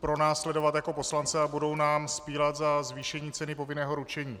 pronásledovat jako poslance a budou nám spílat za zvýšení ceny povinného ručení.